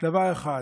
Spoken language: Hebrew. דבר אחד.